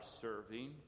serving